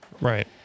right